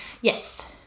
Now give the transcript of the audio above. Yes